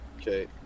Okay